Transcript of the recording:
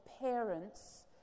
parents